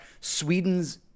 Sweden's